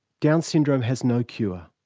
down syndrome has no cure,